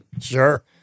Sure